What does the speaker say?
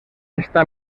está